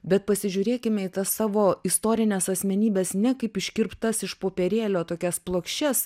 bet pasižiūrėkime į tas savo istorines asmenybes ne kaip iškirptas iš popierėlio tokias plokščias